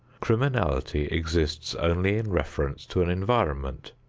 criminality exists only in reference to an environment.